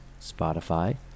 Spotify